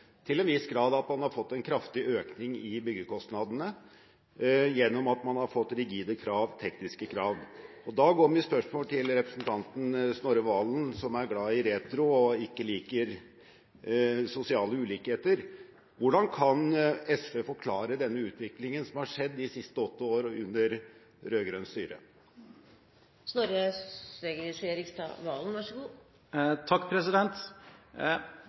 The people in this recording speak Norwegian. til en viss grad at man har fått en kraftig økning i byggekostnadene gjennom at man har fått rigide, tekniske krav. Da går mitt spørsmål til representanten Snorre Serigstad Valen, som er glad i retro og ikke liker sosiale ulikheter: Hvordan kan SV forklare denne utviklingen som har skjedd de siste åtte år under rød-grønt styre?